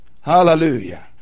Hallelujah